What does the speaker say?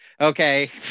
okay